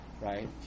right